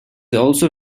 also